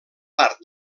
part